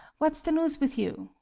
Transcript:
what's the news with you?